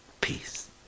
peace